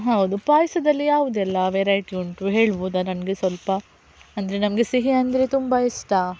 ಹೌದು ಪಾಯಸದಲ್ಲಿ ಯಾವುದೆಲ್ಲ ವೆರೈಟಿ ಉಂಟು ಹೇಳ್ಬೋದಾ ನನಗೆ ಸ್ವಲ್ಪ ಅಂದರೆ ನಮಗೆ ಸಿಹಿ ಅಂದರೆ ತುಂಬ ಇಷ್ಟ